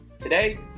Today